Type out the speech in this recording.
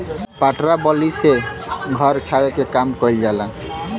पटरा बल्ली से घर छावे के काम कइल जाला